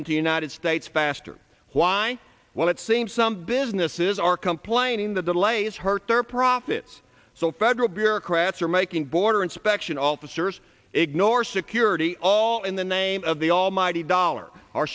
the united states faster why well it seems some businesses are complaining that the delays hurt their profits so federal bureaucrats are making border inspection officers ignore security all in the name of the almighty dollar or